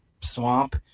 swamp